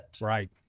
Right